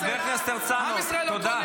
חבר הכנסת הרצנו, תודה.